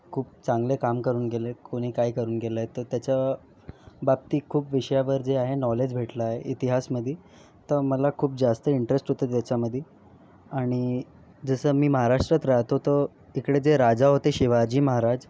खूप चांगले काम करून गेले कोणी काय करून गेलं आहे तर त्याच्या बाबतीत खूप विषयावर जे आहे नॉलेज भेटलं आहे इतिहासमध्ये तर मला खूप जास्त इंटरेस्ट होता त्याच्यामध्ये आणि जसा मी महाराष्ट्रात राहतो तर इकडे जे राजा होते शिवाजी महाराज